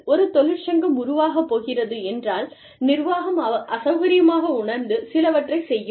ஒரு தொழிற்சங்கம் உருவாகப்போகிறது என்றால் நிர்வாகம் அசௌகரியமாக உணர்ந்து சிலவற்றைச் செய்யும்